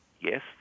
Yes